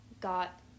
got